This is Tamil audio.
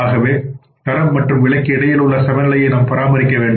ஆகவே தரம் மற்றும் விலைக்கு இடையில் சமநிலையை நாம் பராமரிக்க வேண்டும்